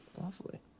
lovely